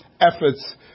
efforts